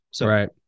Right